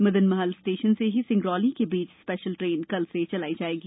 Madanmahal station से ही सिंगरौली के बीच स्पेशल ट्रेन कल से चलाई जायेगी